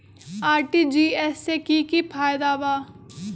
RTGS से की की फायदा बा?